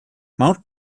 mount